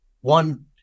one